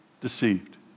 deceived